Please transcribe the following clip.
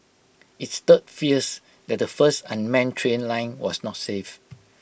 IT stirred fears that the first unmanned train line was not safe